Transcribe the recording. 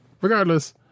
regardless